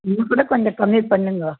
இன்னும் கூட கொஞ்சம் கம்மி பண்ணுங்கள்